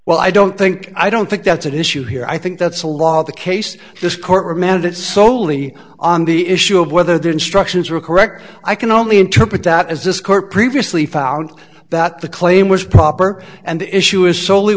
well i don't think i don't think that's an issue here i think that's a lot of the case this court remanded solely on the issue of whether the instructions were correct i can only interpret that as this court previously found that the claim was proper and the issue is solely